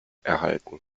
erhalten